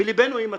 וליבנו עם הצרכן.